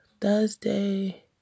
Thursday